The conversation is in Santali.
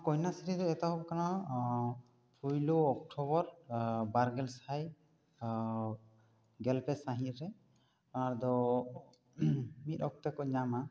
ᱠᱚᱱᱭᱟᱥᱨᱤ ᱫᱚ ᱮᱛᱚᱦᱚᱵ ᱟᱠᱟᱱᱟ ᱯᱩᱭᱞᱩ ᱚᱠᱴᱚᱵᱟᱨ ᱵᱟᱨ ᱜᱮᱞ ᱥᱟᱭ ᱜᱮᱞᱯᱮ ᱥᱟᱹᱦᱤᱛ ᱨᱮ ᱚᱱᱟ ᱨᱮᱫᱚ ᱢᱤᱫ ᱚᱠᱛᱚ ᱠᱚ ᱧᱟᱢᱟ